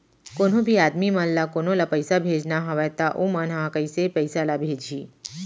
कोन्हों भी आदमी मन ला कोनो ला पइसा भेजना हवय त उ मन ह कइसे पइसा ला भेजही?